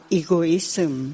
egoism